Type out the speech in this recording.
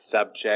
subject